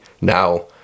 now